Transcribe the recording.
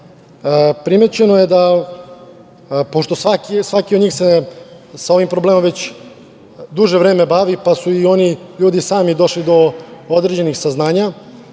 primećeno je da, pošto svaki od njih se sa ovim problemom već duže vreme bavi, pa su i oni ljudi sami došli do određenih saznanja,